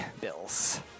Bills